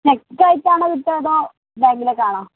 check ആയിട്ടാണോ കിട്ടുക അതോ ബാങ്കിലേക്കാണോ